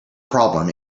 problem